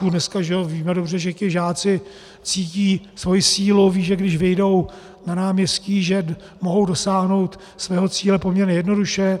Dneska víme dobře, že žáci cítí svoji sílu, vědí, že když vyjdou na náměstí, mohou dosáhnout svého cíle poměrně jednoduše.